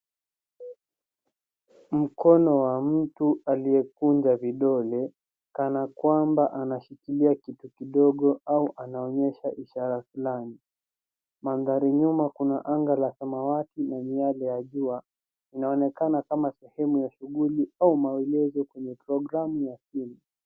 Mkono wa mtu aliyekunja vidole kana kwamba anashikilia kitu kidogo au anaonyesha ishara fulani. Mandhari nyuma kuna anga la samawati na miale ya jua. Inaonekana kama sehemu ya shughuli au maelezo kwenye programu ya simu.